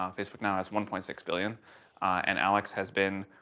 um facebook now has one point six billion and alex has been